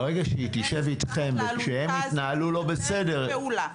להיכנס מתחת לאלונקה הזאת ולשתף פעולה.